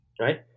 right